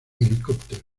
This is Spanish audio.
helicóptero